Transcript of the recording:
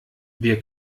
wir